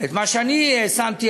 את מה שאני שמתי.